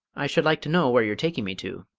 i should like to know where you're taking me to.